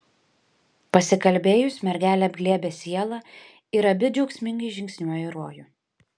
pasikalbėjus mergelė apglėbia sielą ir abi džiaugsmingai žingsniuoja į rojų